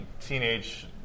teenage